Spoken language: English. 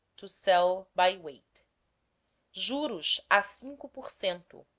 to sell by weight juros a cinco por cento,